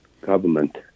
government